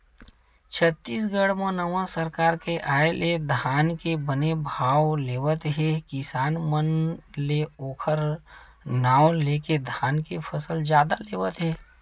छत्तीसगढ़ म नवा सरकार के आय ले धान के बने भाव लेवत हे किसान मन ले ओखर नांव लेके धान के फसल जादा लेवत हे